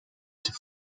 too